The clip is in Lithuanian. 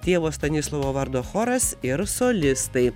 tėvo stanislovo vardo choras ir solistai